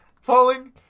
falling